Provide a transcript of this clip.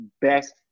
best